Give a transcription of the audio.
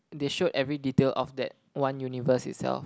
they showed every detail of that one universe itself